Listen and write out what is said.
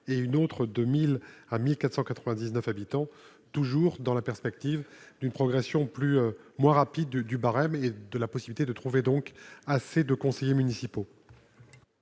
et une autre de 1000 à 1499 habitants toujours dans la perspective d'une progression plus moins rapide du barème et de la possibilité de trouver donc assez de conseillers municipaux.